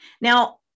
Now